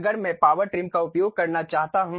अगर मैं power trim का उपयोग करना चाहता हूं